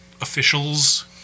officials